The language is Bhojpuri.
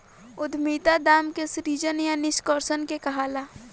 उद्यमिता दाम के सृजन या निष्कर्सन के कहाला